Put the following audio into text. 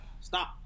Stop